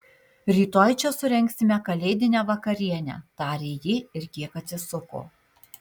rytoj čia surengsime kalėdinę vakarienę tarė ji ir kiek atsisuko